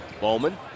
Bowman